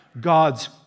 God's